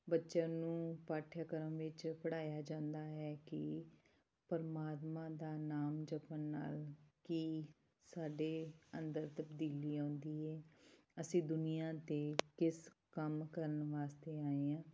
ਬੱਚਿਆਂ ਨੂੰ ਪਾਠਕ੍ਰਮ ਵਿੱਚ ਪੜ੍ਹਾਇਆ ਜਾਂਦਾ ਹੈ ਕਿ ਪਰਮਾਤਮਾ ਦਾ ਨਾਮ ਜਪਣ ਨਾਲ ਕੀ ਸਾਡੇ ਅੰਦਰ ਤਬਦੀਲੀ ਆਉਂਦੀ ਹੈ ਅਸੀਂ ਦੁਨੀਆ 'ਤੇ ਕਿਸ ਕੰਮ ਕਰਨ ਵਾਸਤੇ ਆਏ ਹਾਂ